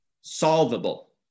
Solvable